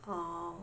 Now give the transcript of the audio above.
!huh!